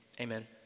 amen